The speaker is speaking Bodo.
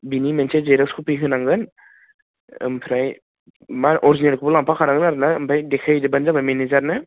बिनि मोनसे जेर'क्स कपि होनांगोन ओमफ्राय मा अरजिनेलखौबो लांफाखानांगोन आरोना ओमफ्राय देखायहैजोबबानो जाबाय मेनेजारनो